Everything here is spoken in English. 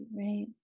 Right